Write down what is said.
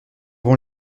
vont